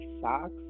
socks